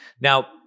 Now